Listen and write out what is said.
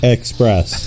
Express